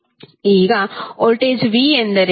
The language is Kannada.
ಈಗ ವೋಲ್ಟೇಜ್ v ಎಂದರೇನು